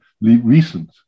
recent